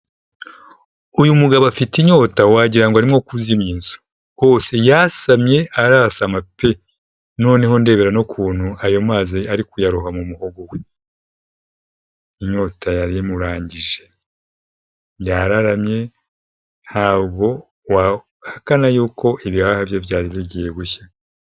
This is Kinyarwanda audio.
Uyu mugabo afite inyota wagira ngo ngo ari nko kuzimya inzu, hose yasamye hasa pe ndebera nk'ukuntu ayo mazi ari kuyaroha mu muhogo we, inyota yari imurangije yararamye ntaho wahakana yuko ibihaha bye byari bigiye gushya.